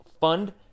fund